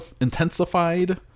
intensified